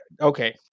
okay